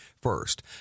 first